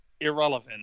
irrelevant